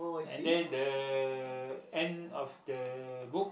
and then the end of the book